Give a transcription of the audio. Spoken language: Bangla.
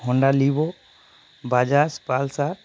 Honda Livo Bajaj Pulsar